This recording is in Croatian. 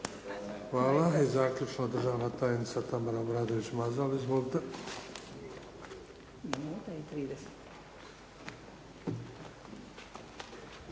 Hvala. I zaključno državna tajnica Tamara Obradović Mazal.